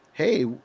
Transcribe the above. hey